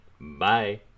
Bye